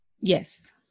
Yes